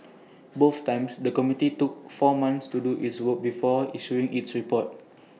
both times the committee took four months to do its work before issuing its report